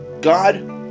God